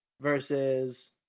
versus